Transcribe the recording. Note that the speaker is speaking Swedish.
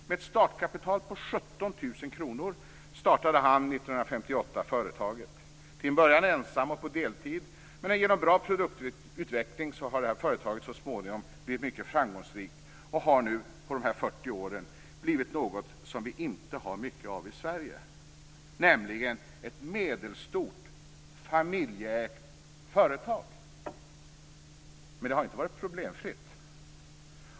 Med ett startkapital på 17 000 kr startade han 1958 företaget, till en början ensam och på deltid. Men genom en bra produktutveckling har detta företag så småningom blivit mycket framgångsrikt och har nu på dessa 40 år blivit något som vi inte har många av i Sverige, nämligen ett medelstort familjeägt företag. Men det har inte varit problemfritt.